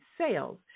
sales